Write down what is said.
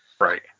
Right